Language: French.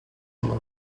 rhum